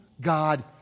God